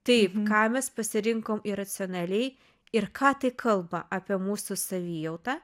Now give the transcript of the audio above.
taip ką mes pasirinkom iracionaliai ir ką tai kalba apie mūsų savijautą